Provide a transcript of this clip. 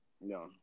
No